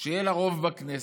שיהיה לה רוב בכנסת.